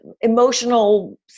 emotional